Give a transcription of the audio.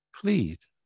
Please